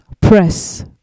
press